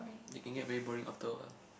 they can get very boring after awhile